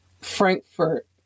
Frankfurt